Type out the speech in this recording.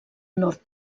nord